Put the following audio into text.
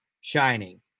shining